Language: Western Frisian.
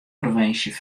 provinsje